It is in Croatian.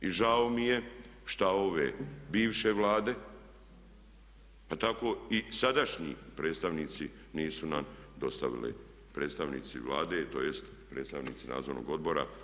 I žao mi je šta ove bivše Vlade pa tako i sadašnji predstavnici nisu nam dostavili, predstavnici Vlade tj. predstavnici nadzornog odbora.